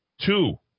Two